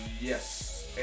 Yes